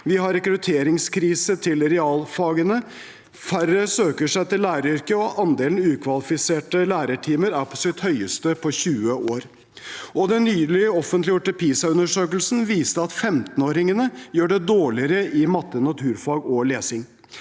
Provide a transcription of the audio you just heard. Vi har rekrutteringskrise til realfagene. Færre søker seg til læreryrket, og andelen ukvalifiserte lærertimer er på sitt høyeste på 20 år. Den nylig offentliggjorte PISA-undersøkelsen viste at 15-åringene gjør det dårligere i matte, naturfag og lesing.